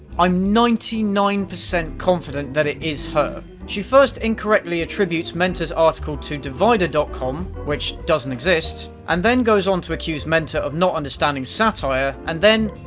i'm ninety nine percent confident that it is her. she first incorrectly attributes menta's article to divider dot com which doesn't exist and then goes on to accuse menta of not understanding satire and then.